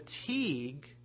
fatigue